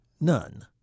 None